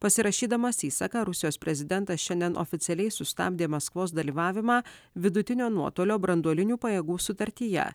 pasirašydamas įsaką rusijos prezidentas šiandien oficialiai sustabdė maskvos dalyvavimą vidutinio nuotolio branduolinių pajėgų sutartyje